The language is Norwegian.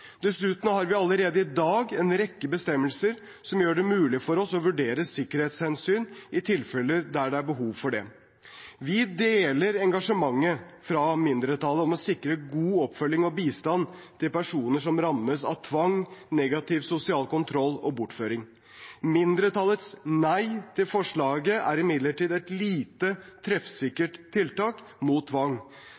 Dessuten har vi allerede i dag en rekke bestemmelser som gjør det mulig for oss å vurdere sikkerhetshensyn i tilfeller der det er behov for det. Vi deler engasjementet fra mindretallet om å sikre god oppfølging og bistand til personer som rammes av tvang, negativ sosial kontroll og bortføring. Mindretallets nei til forslaget er imidlertid et lite